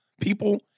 people